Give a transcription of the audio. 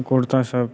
कुर्तासब